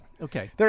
Okay